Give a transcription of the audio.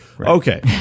Okay